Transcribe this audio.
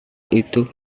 itu